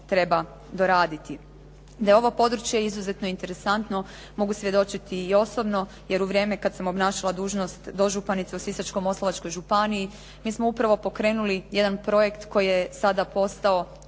treba doraditi. Da je ovo područje izuzetno interesantno mogu svjedočiti i osobno, jer u vrijeme kada sam obnašala dužnost dožupanice u Sisačko-moslavačkoj županiji mi smo upravo pokrenuli jedan projekt koji je sada postao